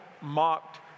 mocked